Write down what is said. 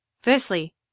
firstly